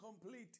complete